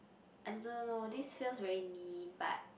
i don't know this feels very mean but